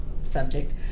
subject